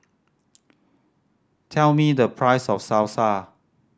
tell me the price of Salsa